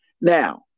Now